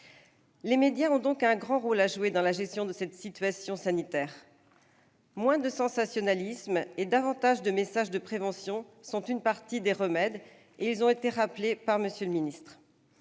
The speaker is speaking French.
Les médias ont donc un grand rôle à jouer dans la gestion de cette situation sanitaire. Moins de sensationnalisme et davantage de messages de prévention sont une partie du remède. Ces messages ont été rappelés par le ministre.